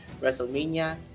WrestleMania